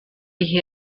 die